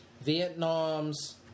Vietnam's